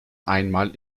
einmal